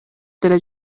деле